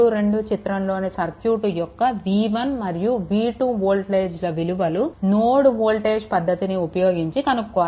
32 చిత్రంలోని సర్క్యూట్ యొక్క v1 మరియు v2 వోల్టేజ్ల విలువలు నోడ్ వోల్టేజ్ పద్ధతిని ఉపయోగించి కనుక్కోవాలి